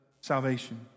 salvation